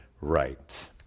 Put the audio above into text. right